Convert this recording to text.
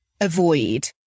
avoid